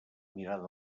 mirada